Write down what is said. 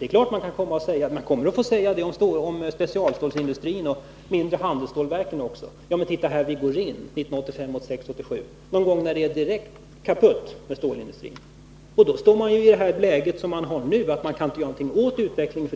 Samma sak kommer man att få säga om specialstålsindustrin och de mindre handelsstålverken, då man träder in på arenan någon gång år 1985, 1986 eller 1987, när allt är kaputt med stålindustrin. Men då är det för sent att göra något åt utvecklingen.